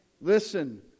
Listen